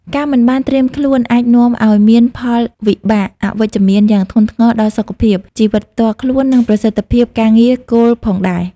ការមិនបានត្រៀមខ្លួនអាចនាំឱ្យមានផលវិបាកអវិជ្ជមានយ៉ាងធ្ងន់ធ្ងរដល់សុខភាព ជីវិតផ្ទាល់ខ្លួន និងប្រសិទ្ធភាពការងារគោលផងដែរ។